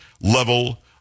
level